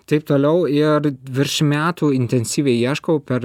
taip toliau ir virš metų intensyviai ieškau per